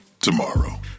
tomorrow